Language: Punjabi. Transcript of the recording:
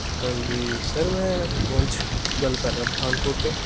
ਹਾਂਜੀ ਸਰ ਮੈਂ ਵੰਸ਼ ਗੱਲ ਕਰ ਰਿਹਾ ਪਠਾਨਕੋਟ ਤੋਂ